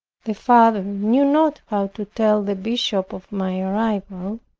the father knew not how to tell the bishop of my arrival,